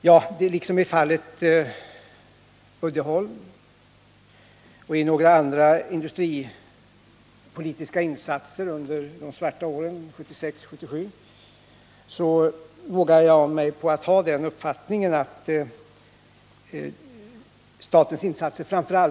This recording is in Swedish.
Ja, liksom i fallet Uddeholm och i fråga om några andra industripolitiska insatser under de svarta åren 1976 och 1977 vågar jag ha den uppfattningen att statens insatser varit motiverade.